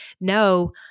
no